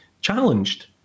challenged